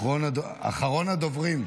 אחרון הדוברים,